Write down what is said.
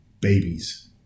babies